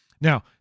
Now